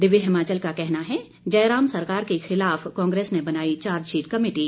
दिव्य हिमाचल का कहना है जयराम सरकार के खिलाफ कांग्रेस ने बनाई चार्जशीट कमेटी